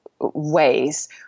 ways